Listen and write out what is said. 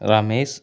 Ramesh